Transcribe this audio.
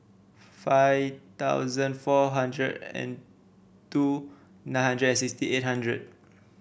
five thousand four hundred and two nine hundred and sixty eight hundred